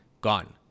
gone